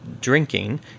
drinking